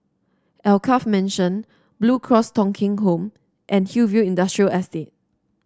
Alkaff Mansion Blue Cross Thong Kheng Home and Hillview Industrial Estate